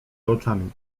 oczami